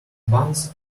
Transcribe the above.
buns